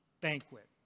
banquet